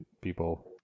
people